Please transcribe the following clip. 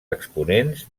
exponents